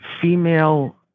female